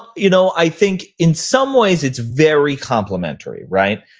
you know i think in some ways it's very complimentary, right?